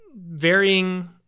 varying